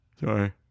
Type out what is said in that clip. Sorry